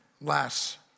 less